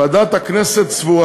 ועדת הכנסת סבורה